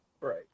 right